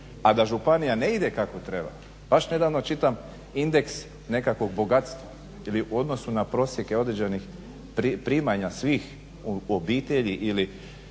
A da županija ne ide kako treba baš nedavno čitam indeks nekakvog bogatstva ili u odnosu na prosjeke određenih primanja svih u obitelji ili